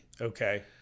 Okay